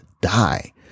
die